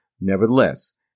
Nevertheless